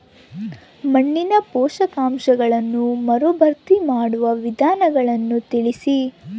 ಮಣ್ಣಿನ ಪೋಷಕಾಂಶಗಳನ್ನು ಮರುಭರ್ತಿ ಮಾಡುವ ವಿಧಾನಗಳನ್ನು ತಿಳಿಸಿ?